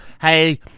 Hey